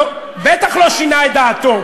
שינה את דעתו.